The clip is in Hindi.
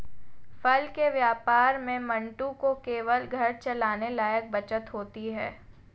फल के व्यापार में मंटू को केवल घर चलाने लायक बचत होती है